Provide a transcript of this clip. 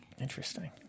Interesting